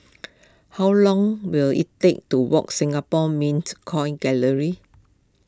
how long will it take to walk Singapore Mint Coin Gallery